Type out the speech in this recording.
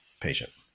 patient